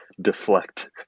deflect